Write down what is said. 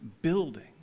building